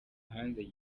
hanze